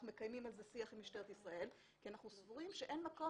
אנחנו מקיימים על זה שיח עם משטרת ישראל כי אנחנו סבורים שאין מקום